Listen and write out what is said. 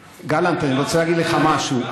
גלנט, אני רוצה להגיד לך משהו.